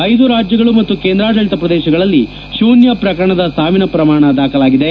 ಐದು ರಾಜ್ಗಳು ಮತ್ತು ಕೇಂದ್ರಾಡಳಿತ ಪ್ರದೇಶಗಳಲ್ಲಿ ಶೂನ್ಯ ಪ್ರಕರಣದ ಸಾವಿನ ಪ್ರಮಾಣ ದಾಖಲಾಗಿವೆ